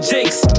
Jakes